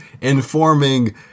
informing